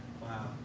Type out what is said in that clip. wow